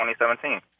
2017